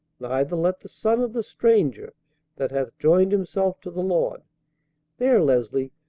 neither let the son of the stranger that hath joined himself to the lord' there, leslie,